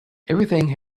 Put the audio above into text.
everything